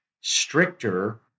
stricter